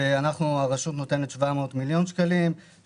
כאשר הרשות נותנת 700 מיליון שקלים מתוך זה.